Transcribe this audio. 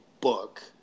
book